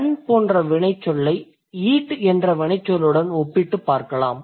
run போன்ற வினைச்சொல்லை eat என்ற வினைச்சொல்லுடன் ஒப்பிட்டுப் பார்க்கலாம்